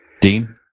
Dean